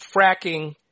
fracking